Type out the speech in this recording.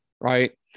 right